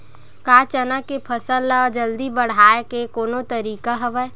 का चना के फसल ल जल्दी बढ़ाये के कोनो तरीका हवय?